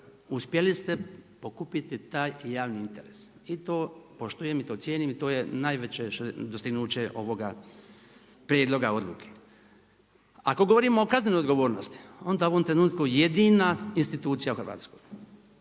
uspjeli ste pokupiti taj javni interes. I to poštujem i to cijenim i to je najveće dostignuće ovoga prijedloga odluke. Ako govorimo o kaznenoj odgovornosti onda je u ovom trenutku jedina institucija u Hrvatskoj